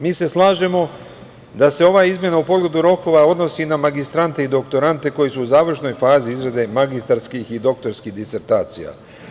Mi se slažemo da se ova izmena u pogledu rokova odnosi na magistrante i doktorante koji su u završnoj fazi izrade magistarskih i doktorskih disertacija.